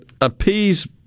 appease